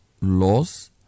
laws